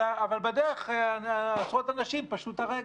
אבל, בדרך עשרות אנשים פשטו את הרגל.